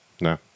No